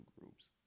groups